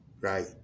Right